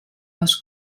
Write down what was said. les